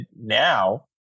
now